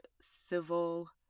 civil